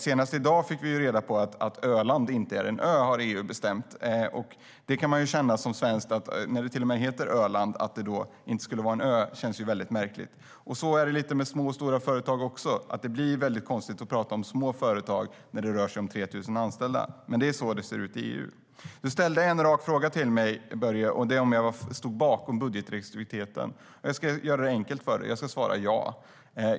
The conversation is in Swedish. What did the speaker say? Senast i dag fick vi reda på att Öland inte är en ö, det har EU bestämt. Att det inte skulle vara en ö när det till och med heter Öland känns ju väldigt märkligt för en svensk. Så är det också med små och stora företag. Det blir väldigt konstigt att prata om små företag när det rör sig om 3 000 anställda, men det är så det ser ut i EU. Du ställde en rak fråga till mig, Börje, och det var om jag står bakom budgetrestriktiviteten. Jag ska göra det enkelt för dig genom att svara ja.